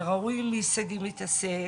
וראו עם מי שגיא מתעסק.